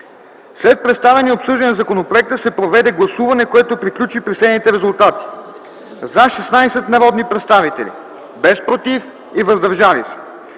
След представяне и обсъждане на законопроекта се проведе гласуване, което приключи при следните резултати: „за” – 16 народни представители, без „против” и „въздържали се”.